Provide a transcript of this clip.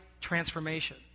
transformation